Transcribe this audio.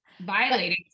violating